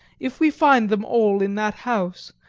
if we find them all in that house,